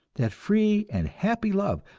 that free and happy love,